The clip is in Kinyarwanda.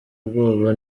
ubwoba